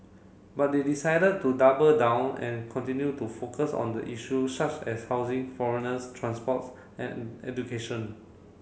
but they decided to double down and continue to focus on the issue such as housing foreigners transports and education